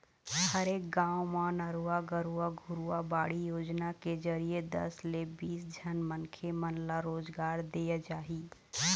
हरेक गाँव म नरूवा, गरूवा, घुरूवा, बाड़ी योजना के जरिए दस ले बीस झन मनखे मन ल रोजगार देय जाही